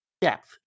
depth